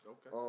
Okay